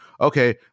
okay